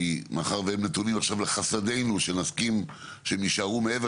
מאחר והם נתונים עכשיו לחסדינו שנסכים שהם יישארו מעבר